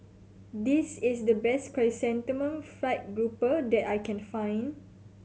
this is the best Chrysanthemum Fried Grouper that I can find